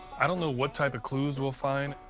i don't know what type of clues we'll find,